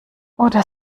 oder